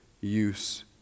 use